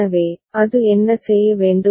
எனவே அது என்ன செய்ய வேண்டும்